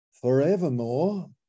forevermore